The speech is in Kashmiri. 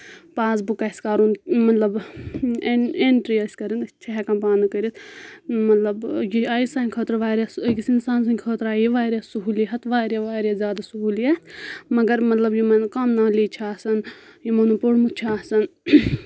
پاس بُک آسہِ کَرُن مطلب اینٹری آسہِ کَرٕنۍ أسۍ چھِ ہؠکان پانہٕ کٔرِتھ مطلب یہِ آیہِ سانہِ خٲطرٕ واریاہ أکِس اِنسان سٕنٛدِ خٲطرٕ آیہِ یہِ واریاہ سہوٗلیت واریاہ واریاہ زیادٕ سہوٗلیت مگر مطلب یِمَن کَم نالیج چھِ آسان یِمَو نہٕ پوٚرمُت چھُ آسان